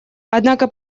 однако